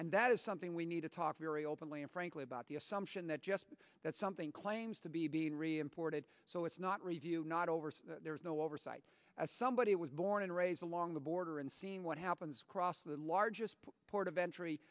and that is something we need to talk very openly and frankly about the assumption that just that something claims to be being reimported so it's not reviewed not over there is no oversight as somebody was born and raised along the border and seen what happens across the largest port of entry